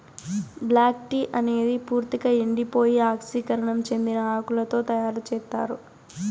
black tea అనేది పూర్తిక ఎండిపోయి ఆక్సీకరణం చెందిన ఆకులతో తయారు చేత్తారు